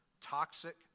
toxic